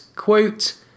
Quote